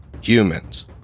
humans